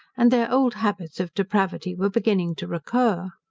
and their old habits of depravity were beginning to recur.